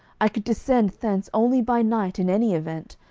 i could descend thence only by night in any event,